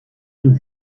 tout